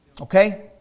Okay